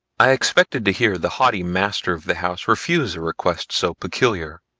i expected to hear the haughty master of the house refuse a request so peculiar.